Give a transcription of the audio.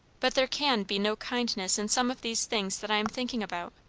but there can be no kindness in some of these things that i am thinking about,